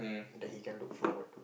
that he can look forward to